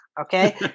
Okay